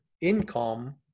income